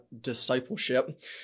discipleship